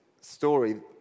story